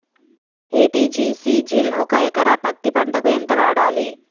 ఎ.టి.జి.సి జిల్ ఒక ఎకరా పత్తి పంటకు ఎంత వాడాలి?